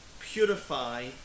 Purify